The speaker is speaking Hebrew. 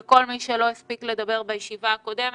ואת כל מי שלא הספיק לדבר בישיבה הקודמת.